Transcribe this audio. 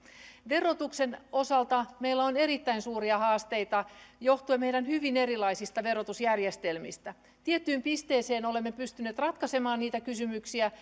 verotuksen osalta meillä on erittäin suuria haasteita johtuen meidän hyvin erilaisista verotusjärjestelmistä tiettyyn pisteeseen olemme pystyneet ratkaisemaan niitä kysymyksiä